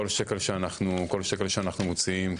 כל שקל שאנחנו מוציאים,